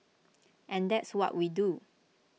and that's what we do